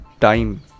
time